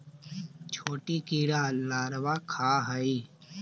छोटा कीड़ा लारवा खाऽ हइ